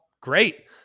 Great